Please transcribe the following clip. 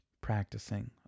practicing